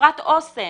חברת אסם